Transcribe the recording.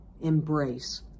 embrace